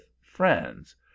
friends